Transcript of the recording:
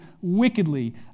wickedly